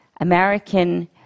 American